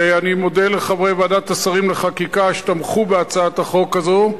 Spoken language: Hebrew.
ואני מודה לחברי ועדת השרים לחקיקה שתמכו בהצעת החוק הזו.